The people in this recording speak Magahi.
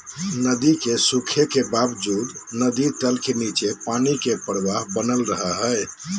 नदी के सूखे के बावजूद नदी तल के नीचे पानी के प्रवाह बनल रहइ हइ